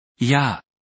Ja